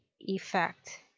effect